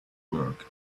work